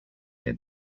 had